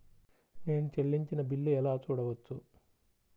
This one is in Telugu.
నేను చెల్లించిన బిల్లు ఎలా చూడవచ్చు?